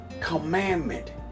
commandment